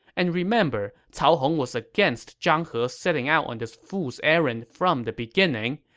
and remember, cao hong was against zhang he setting out on this fool's errand from the beginning,